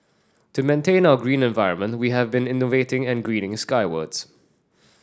to maintain our green environment we have been innovating and greening skywards